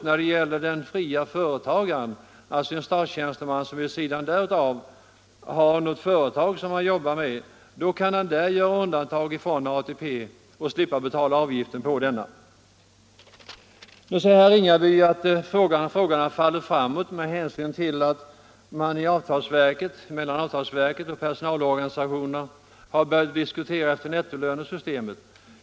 När det gäller den fria företagaren, alltså en statstjänsteman som vid sidan av har ett företag, kan däremot ett undantag göras så att han slipper betala ATP-avgiften. Herr Ringaby säger att frågan har fallit framåt med hänsyn till att avtalsverket och personalorganisationerna har börjat diskutera ett nettopensionssystem.